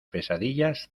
pesadillas